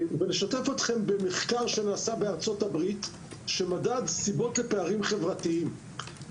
ולשתף אתכם במחקר שנעשה בארצות הברית שמדד סיבות לפערים חברתיים.